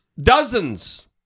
Dozens